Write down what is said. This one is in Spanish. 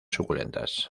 suculentas